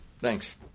Thanks